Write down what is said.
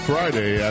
Friday